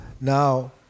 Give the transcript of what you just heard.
now